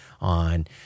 on